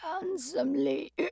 handsomely